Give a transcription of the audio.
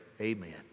Amen